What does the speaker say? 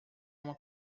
uma